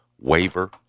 waiver